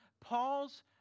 Paul's